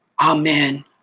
Amen